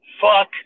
Fuck